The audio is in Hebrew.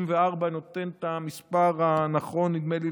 כ-26,664, אני נותן את המספר נכון לאתמול,